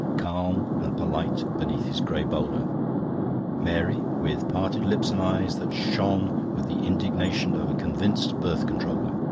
calm and polite beneath his grey bowler mary, with parted lips and eyes that shone with the indignation of a convinced birth-controller.